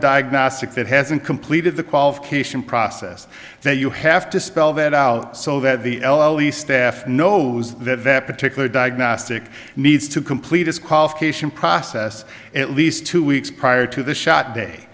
diagnostic that hasn't completed the qualification process then you have to spell that out so that the l e staff knows that that particular diagnostic needs to complete his qualifications process at least two weeks prior to the shot day